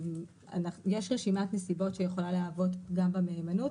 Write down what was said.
יש רשימת נסיבות שיכולה להוות גם במהימנות,